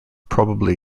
probably